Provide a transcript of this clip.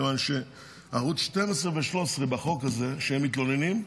מכיוון שערוץ 12 ו-13 בחוק הזה, שמתלוננים,